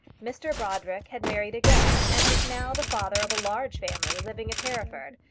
mr brodrick had married again, and was now the father of a large family, living at hereford,